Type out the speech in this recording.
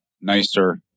nicer